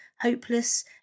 hopeless